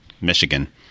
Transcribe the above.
Michigan